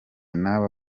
naba